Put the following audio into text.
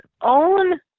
own